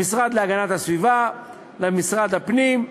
למשרד להגנת הסביבה ולמשרד הפנים.